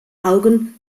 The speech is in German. augen